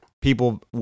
People